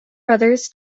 brothers